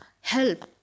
help